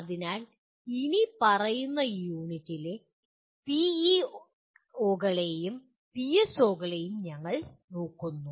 അതിനാൽ ഇനിപ്പറയുന്ന യൂണിറ്റിലെ പിഇഒകളെയും പിഎസ്ഒകളെയും ഞങ്ങൾ നോക്കുന്നു